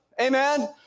Amen